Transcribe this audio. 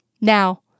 Now